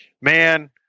man